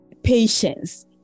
patience